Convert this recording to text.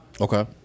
okay